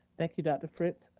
thank you, dr. fritz.